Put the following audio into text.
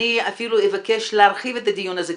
אני אפילו אבקש להרחיב את הדיון הזה,